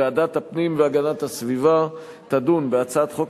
ועדת הפנים והגנת הסביבה תדון בהצעת חוק